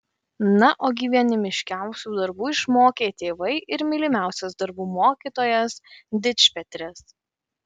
na o gyvenimiškiausių darbų išmokė tėvai ir mylimiausias darbų mokytojas dičpetris